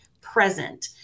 present